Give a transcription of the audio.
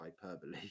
hyperbole